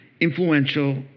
influential